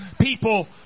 people